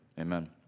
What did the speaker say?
amen